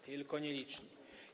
Tylko nieliczni.